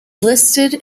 listed